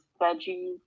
veggies